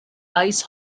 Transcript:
ice